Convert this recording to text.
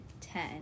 ten